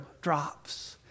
drops